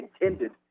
intended